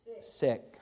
sick